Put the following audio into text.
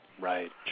Right